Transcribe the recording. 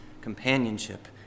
companionship